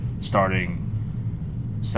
starting